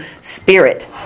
spirit